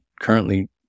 currently